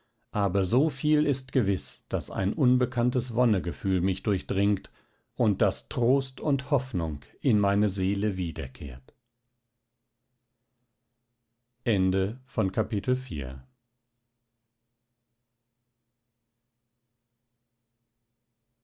aber so viel ist gewiß daß ein unbekanntes wonnegefühl mich durchdringt und daß trost und hoffnung in meine seele wiederkehrt